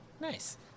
Nice